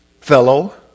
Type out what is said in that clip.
fellow